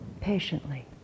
patiently